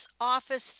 office